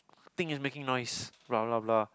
think you making noise blah blah blah